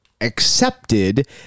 accepted